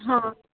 ಹಾಂ